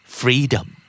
freedom